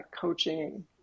coaching